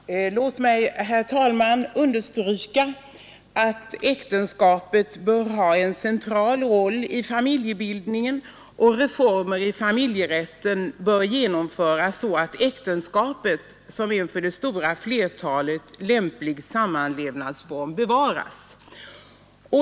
Herr talman! Låt mig understryka att ä ctenskapet bör ha en central roll i familjebildningen, och reformer i familjerätten bör genomföras så att äktenskapet som en för det stora flertalet lämplig sammanlevnadsform bevaras.